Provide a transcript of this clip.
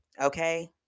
Okay